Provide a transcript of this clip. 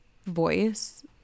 Voice